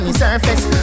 surface